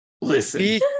listen